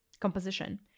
composition